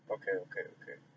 okay okay okay